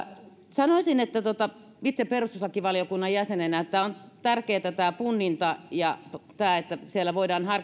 sanoisin itse perustuslakivaliokunnan jäsenenä että tämä punninta on tärkeätä ja tämä että siellä voidaan